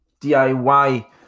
DIY